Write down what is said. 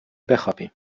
بخوابیم